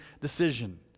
decision